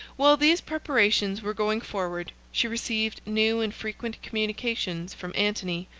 while these preparations were going forward, she received new and frequent communications from antony,